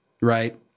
right